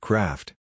Craft